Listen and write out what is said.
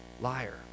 Liar